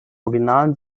originalen